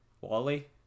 Wally